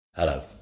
Hello